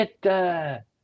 get, –